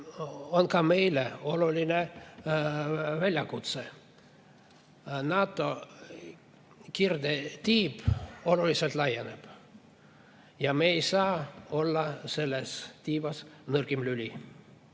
on ka meile suur väljakutse. NATO kirdetiib oluliselt laieneb ja me ei saa olla selles tiivas nõrgim lüli.